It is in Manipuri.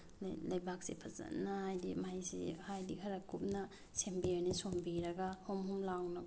ꯂꯩꯕꯥꯛꯁꯦ ꯐꯖꯅ ꯍꯥꯏꯗꯤ ꯃꯍꯩꯁꯦ ꯍꯥꯏꯗꯤ ꯈꯔ ꯀꯨꯞꯅ ꯁꯦꯝꯕꯤꯔꯅꯤ ꯁꯣꯝꯕꯤꯔꯒ ꯍꯣꯝ ꯍꯣꯝ ꯂꯥꯎꯅ ꯀꯣ